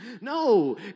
No